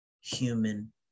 human